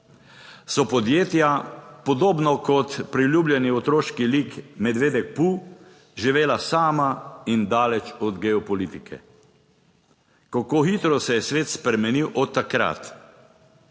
so podjetja podobno kot priljubljeni otroški lik medvedek Pu živela sama in daleč od geopolitike. Kako hitro se je svet spremenil od takrat!